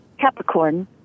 Capricorn